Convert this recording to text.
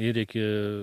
ir iki